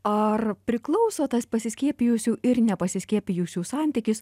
ar priklauso tas pasiskiepijusių ir nepasiskiepijusių santykis